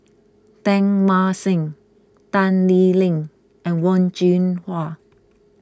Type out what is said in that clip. Teng Mah Seng Tan Lee Leng and Wen Jinhua